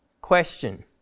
Question